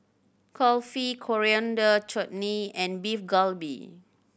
Kulfi Coriander Chutney and Beef Galbi